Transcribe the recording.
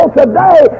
today